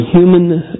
human